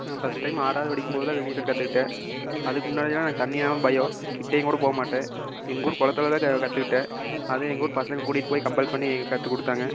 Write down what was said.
நான் first time ஆறாவது படிக்கும் போதுதான் நீச்சல் கற்றுக்கிட்டேன் அதுக்கு முன்னாடிலாம் எனக்கு தண்ணினாவே பயம் கிட்டேயுங்கூட போகமாட்டேன் எங்கள் ஊர் குளத்துலதான் கற்றுக்கிட்டேன் அதுவும் எங்கள் ஊர் பசங்க கூட்டிட்டு போய் கம்பல் பண்ணி கற்றுக்குடுத்தாங்க